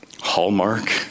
Hallmark